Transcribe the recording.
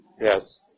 Yes